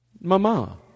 Mama